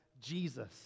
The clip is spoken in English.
Jesus